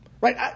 right